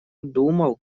думал